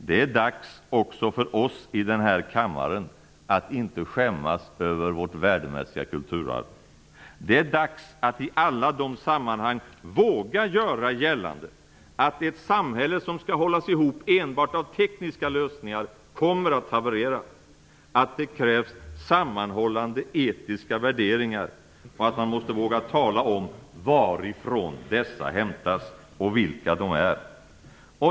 Det är dags också för oss i den här kammaren att inte skämmas över vårt värdemässiga kulturarv. Det är dags att i alla de sammanhangen våga göra gällande att ett samhälle som skall hållas ihop enbart av tekniska lösningar kommer att haverera, att det krävs sammanhållande etiska värderingar och att man måste våga tala om varifrån dessa hämtas och vilka de är.